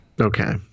okay